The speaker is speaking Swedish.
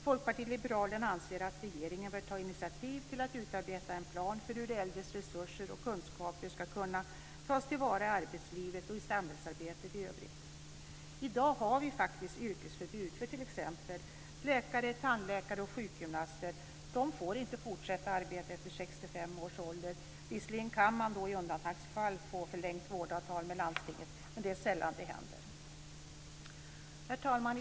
Folkpartiet liberalerna anser att regeringen bör ta initiativ till att utarbeta en plan för hur de äldres resurser och kunskaper ska kunna tas till vara i arbetslivet och i samhällsarbetet i övrigt. I dag har vi faktiskt yrkesförbud för t.ex. läkare, tandläkare och sjukgymnaster. De får inte fortsätta arbeta efter 65 års ålder. Visserligen kan man i undantagsfall få förlängt vårdavtal med landstinget, men det händer sällan. Herr talman!